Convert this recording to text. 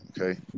Okay